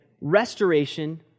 Restoration